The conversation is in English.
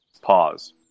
Pause